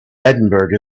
edinburgh